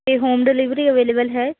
ਅਤੇ home delivery available ਹੈ